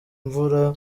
mvura